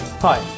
Hi